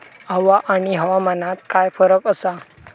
हवा आणि हवामानात काय फरक असा?